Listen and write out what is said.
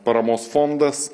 paramos fondas